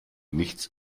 nichts